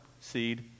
seed